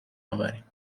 آوریم